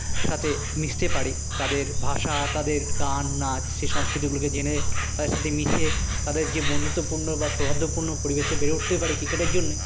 সাথে মিশতে পারি তাদের ভাষা তাদের গান নাচ সে সংস্কৃতিগুলিকে জেনে তাদের সাথে মিশে তাদের যে বন্ধুত্বপূর্ণ বা সৌহার্দ্যপূর্ণ পরিবেশে বেড়ে উঠতে পারি ক্রিকেটের জন্য